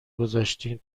گذاشتین